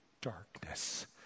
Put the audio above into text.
darkness